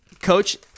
Coach